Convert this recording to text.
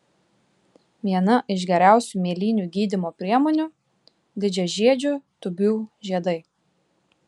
viena iš geriausių mėlynių gydymo priemonių didžiažiedžių tūbių žiedai